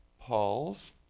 Paul's